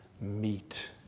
meet